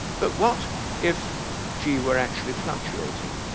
but what if g were actually fluctuating?